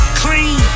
clean